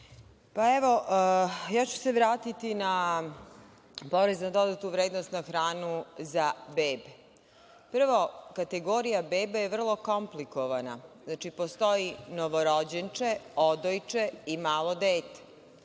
pa, evo, ja ću se vratiti na porez na dodatu vrednost na hranu za bebe. Prvo, kategorija bebe je vrlo komplikovana, znači, postoji novorođenče, odojče i malo dete.